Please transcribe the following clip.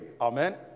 Amen